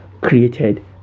created